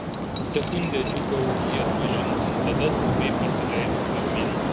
sekundę džiūgavau jį atpažinusi tada skubiai pasileidau pirmyn